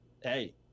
hey